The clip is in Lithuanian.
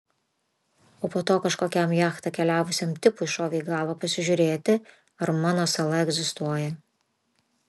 o po to kažkokiam jachta keliavusiam tipui šovė į galvą pasižiūrėti ar mano sala egzistuoja